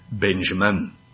Benjamin